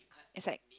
it's like